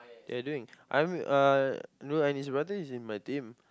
ya doing I'm uh Nurul-Aini's brother is in my team